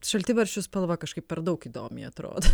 šaltibarščių spalva kažkaip per daug įdomiai atrodo